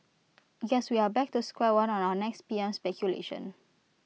guess we are back to square one on our next P M speculation